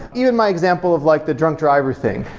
even my example of like the drunk driver thing,